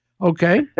okay